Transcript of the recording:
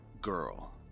girl